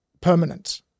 permanent